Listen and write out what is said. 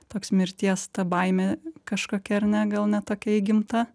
toks mirties ta baimė kažkokia ar ne gal ne tokia įgimta